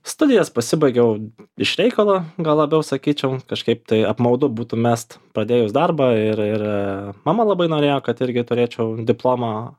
studijas pasibaigiau iš reikalo gal labiau sakyčiau kažkaip tai apmaudu būtų mest pradėjus darbą ir ir mama labai norėjo kad irgi turėčiau diplomą